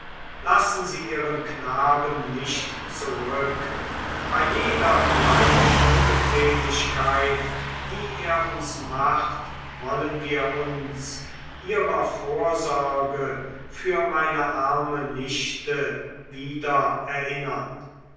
lassen sie ihren knaben nicht zurück bei jeder kleinen unbequemlichkeit die er uns macht wollen wir uns ihrer vorsorge für meine arme nichte wieder erinnern